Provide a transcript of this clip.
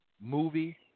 movie